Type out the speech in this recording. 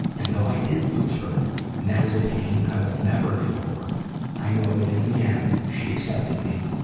and though i did lose her and that is a pain i will never get over i know that, in the end, she accepted me,